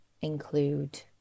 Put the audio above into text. include